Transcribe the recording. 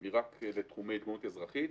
היא רק לתחומי התגוננות אזרחית,